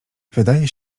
wydaje